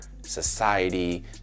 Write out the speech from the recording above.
society